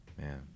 man